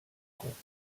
compte